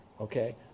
okay